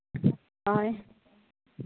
ᱦᱳᱭ